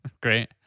Great